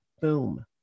Boom